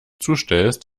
zustellst